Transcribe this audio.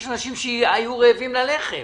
יש אנשים שהיו רעבים ללחם.